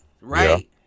right